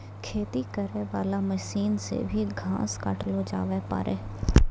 खेती करै वाला मशीन से भी घास काटलो जावै पाड़ै